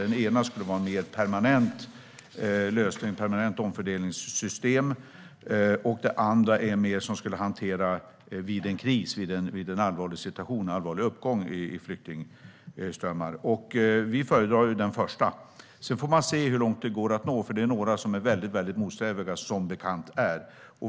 Det ena skulle vara en mer permanent lösning, ett permanent omfördelningssystem, och det andra skulle mer hantera en kris vid en allvarlig situation eller allvarlig uppgång i flyktingströmmarna. Vi föredrar ju det första spåret. Sedan får man se hur långt det går att nå, för det är som bekant några som är väldigt motsträviga.